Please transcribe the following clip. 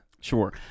Sure